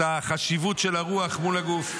את החשיבות של הרוח מול הגוף.